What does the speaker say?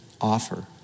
offer